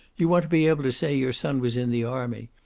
you'd want to be able to say your son was in the army.